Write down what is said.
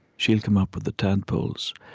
she'll come up with the tadpoles.